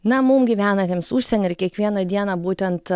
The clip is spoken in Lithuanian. na mum gyvenantiems užsieny ir kiekvieną dieną būtent